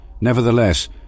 Nevertheless